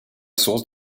source